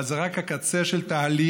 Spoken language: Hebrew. אבל זה רק הקצה של תהליך.